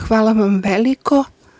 Hvala vam veliko.